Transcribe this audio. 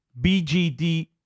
BGD